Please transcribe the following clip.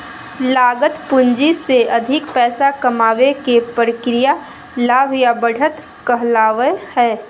लागत पूंजी से अधिक पैसा कमाबे के प्रक्रिया लाभ या बढ़त कहलावय हय